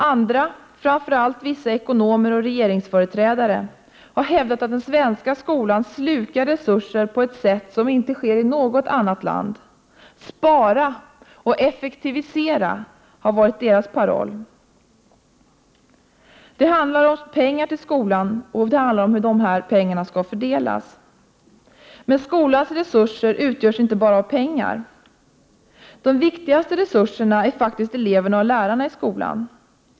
Andra, framför allt vissa ekonomer och regeringsföreträdare, har hävdat att den svenska skolan slukar resurser på ett sätt som inte sker i något annat land. ”Spara” och ”Effektivisera” har varit deras paroll. Det handlar om pengar till skolan och hur dessa skall fördelas. Men skolans resurser utgörs inte bara av pengar. De viktigaste resurserna är faktiskt eleverna och lärarna i skolan.